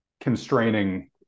constraining